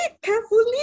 carefully